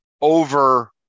over